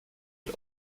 die